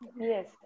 Yes